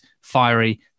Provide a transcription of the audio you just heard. fiery